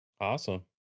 Awesome